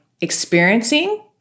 experiencing